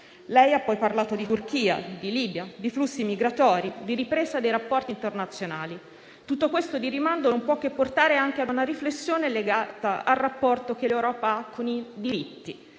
Lei ha poi parlato di Turchia, di Libia, di flussi migratori, di ripresa dei rapporti internazionali. Tutto questo di rimando non può che portare anche ad una riflessione legata al rapporto che l'Europa ha con i diritti.